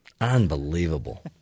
Unbelievable